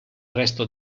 resto